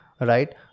right